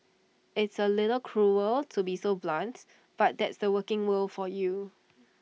it's A little cruel to be so blunt but that's the working world for you